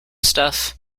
stuff